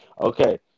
Okay